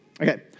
Okay